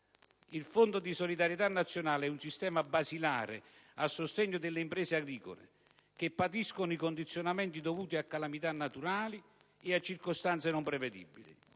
Il Fondo di solidarietà nazionale è un sistema basilare a sostegno delle imprese agricole, che patiscono i condizionamenti dovuti a calamità naturali e a circostanze non prevedibili.